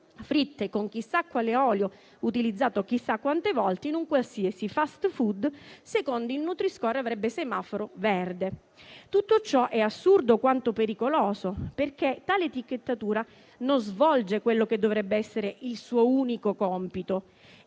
fritte con chissà quale olio, utilizzato chissà quante volte in un qualsiasi *fast food*, secondo il nutri-score avrebbe semaforo verde. Tutto ciò è assurdo, quanto pericoloso, perché tale etichettatura non svolge quello che dovrebbe essere il suo unico compito: